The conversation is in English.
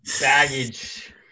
baggage